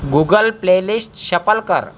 Google playlist shuffle कर